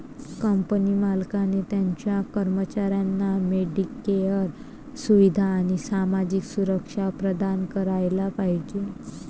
company मालकाने त्याच्या कर्मचाऱ्यांना मेडिकेअर सुविधा आणि सामाजिक सुरक्षा प्रदान करायला पाहिजे